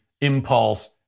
impulse